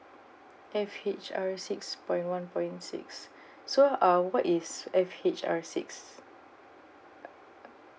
F_H_R six point one point six so uh what is F_H_R six